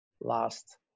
last